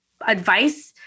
advice